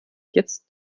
jetzt